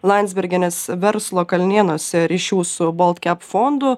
landsbergienės verslo kalnėnuose ryšių su baltcap fondu